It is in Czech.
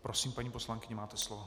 Prosím, paní poslankyně, máte slovo.